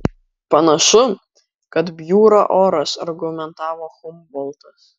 panašu kad bjūra oras argumentavo humboltas